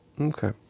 Okay